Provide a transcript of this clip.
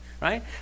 right